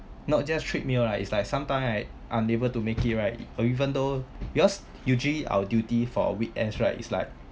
not just treat me oh it's like sometimes I unable to make it right or even though because usually our duty for weekends right is like